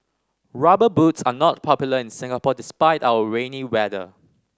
Rubber Boots are not popular in Singapore despite our rainy weather